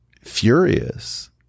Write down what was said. furious